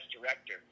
Director